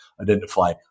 identify